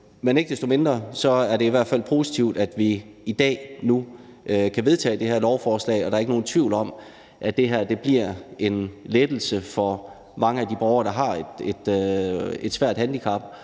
Men ikke desto mindre er det i hvert fald positivt, at vi i dag kan pege på at vedtage det her lovforslag, og der er ikke nogen tvivl om, at det her bliver en lettelse for mange af de borgere, der har et svært handicap,